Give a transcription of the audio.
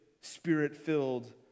spirit-filled